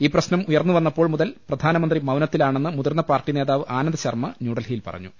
ഈ പ്രശ്നം ഉയർന്നുവന്നപ്പോൾ മുതൽ പ്രധാനമന്ത്രി മൌനത്തിലാണെന്ന് മുതിർന്ന പാർട്ടി നേതാവ് ആനന്ദ് ശർമ്മ ന്യൂഡൽഹിയിൽ പറഞ്ഞു